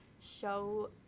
show